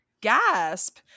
gasp